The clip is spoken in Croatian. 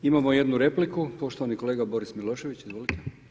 Imamo jednu repliku, poštovani kolega Boris Milošević, izvolite.